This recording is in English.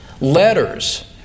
letters